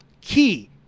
key